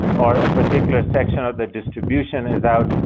or a particular section of the distribution is out,